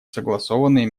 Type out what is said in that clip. согласованные